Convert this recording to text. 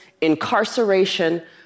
incarceration